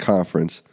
Conference